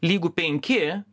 lygu penki